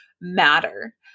matter